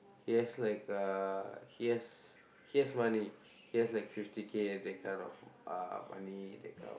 he has like uh he has he has money he has like fifty K and that kind of uh money that kind of